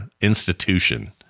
institution